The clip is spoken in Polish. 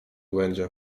będzie